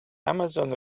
amazon